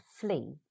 flee